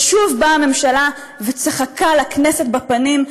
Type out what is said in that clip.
ושוב באה הממשלה וצחקה לכנסת בפנים,